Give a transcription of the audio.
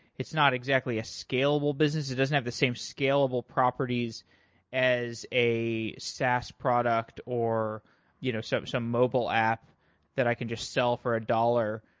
it's not exactly a scalable business. it doesn't have the same scalable properties as a sas product or you know some some mobile app that i can just sell for a dollar.